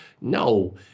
No